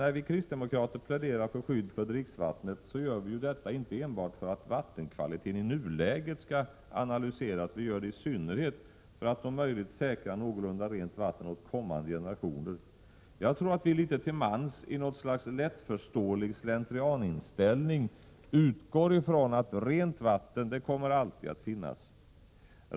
När vi kristdemokrater pläderar för skydd för dricksvattnet, gör vi ju detta inte enbart för att vattenkvaliteten i nuläget skall analyseras. Vi gör det i synnerhet för att om möjligt säkra någorlunda rent vatten åt kommande generationer. Jag tror att vi litet till mans, i något slags lättförståelig slentrianinställning, utgår ifrån att rent vatten alltid kommer att finnas.